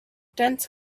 dense